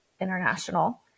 international